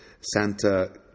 Santa